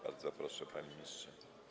Bardzo proszę, panie ministrze.